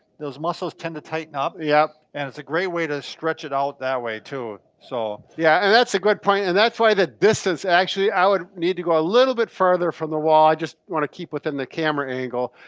those muscles tend to tighten up. yeah and it's a great way to stretch it out that way too, so. yeah, and that's a good point. and that's why the distance, actually i would need to go a little bit further from the wall. i just wanna keep within the camera angle.